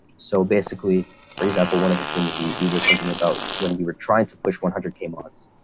so basically, for example, one of the things we were thinking about when we were trying to push one hundred k months,